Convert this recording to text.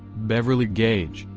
beverly gage,